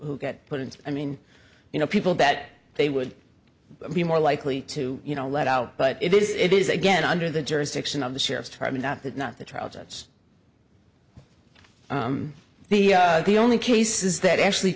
who get put into i mean you know people that they would be more likely to you know let out but it is it is again under the jurisdiction of the sheriff's department not that not the trojans the the only cases that actually